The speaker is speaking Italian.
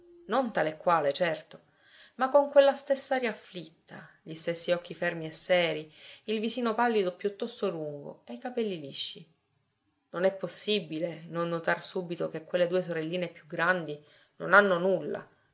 non tale quale certo ma con quella stess'aria afflitta gli stessi occhi fermi e serii il visino pallido piuttosto lungo e i capelli lisci non è possibile non notar subito che quelle due sorelline più grandi non hanno nulla